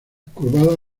curvadas